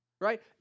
right